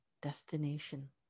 destination